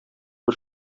бер